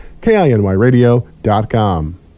KINYradio.com